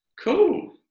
Cool